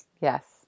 Yes